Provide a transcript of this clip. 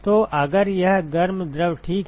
तो अगर यह गर्म द्रव ठीक है